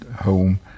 home